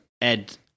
Ed